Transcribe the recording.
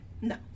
No